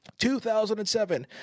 2007